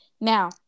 now